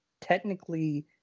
technically